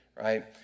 right